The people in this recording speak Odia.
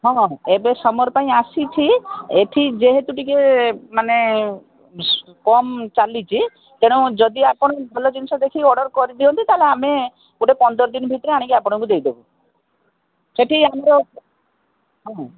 ହଁ ଏବେ ସମର୍ ପାଇଁ ଆସିଛି ଏଇଠି ଯେହେତୁ ଟିକେ ମାନେ କମ୍ ଚାଲିଛି ତେଣୁ ଯଦି ଆପଣ ଭଲ ଜିନିଷ ଦେଖିକି ଅର୍ଡ଼ର୍ କରି ଦିଅନ୍ତେ ତା'ହେଲେ ଆମେ ଗୋଟେ ପନ୍ଦର ଦିନ ଭିତରେ ଆମେ ଆଣିକି ଦେଇଦେବୁ ସେଇଠି ଆମର ହଁ